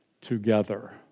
together